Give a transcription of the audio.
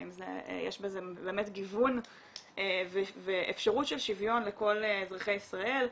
האם יש בזה באמת גיוון ואפשרות של שוויון לכל אזרחי ישראל,